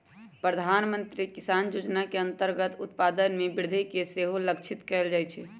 प्रधानमंत्री किसान जोजना के अंतर्गत उत्पादन में वृद्धि के सेहो लक्षित कएल जाइ छै